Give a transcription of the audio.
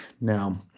Now